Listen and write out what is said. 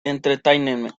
entertainment